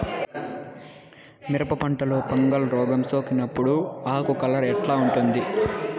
మిరప పంటలో ఫంగల్ రోగం సోకినప్పుడు ఆకు కలర్ ఎట్లా ఉంటుంది?